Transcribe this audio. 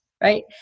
right